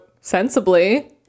sensibly